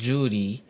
Judy